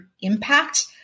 impact